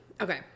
Okay